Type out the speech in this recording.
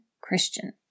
Christian